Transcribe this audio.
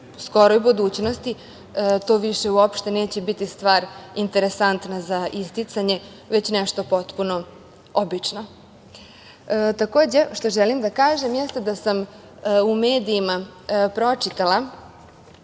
u skoroj budućnosti to više uopšte neće biti stvar interesantna za isticanje, već nešto potpuno obično. Želim da kažem da sam u medijima pročitala,